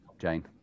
Jane